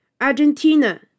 Argentina